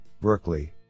berkeley